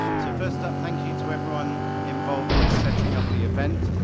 so first up, thank you to everyone involved in setting up the event,